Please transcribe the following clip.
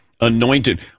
anointed